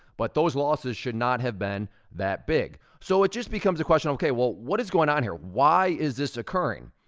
but those losses should not have been that big. so it just becomes a question, okay, well, what is going on here? why is this occurring?